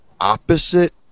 opposite